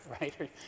right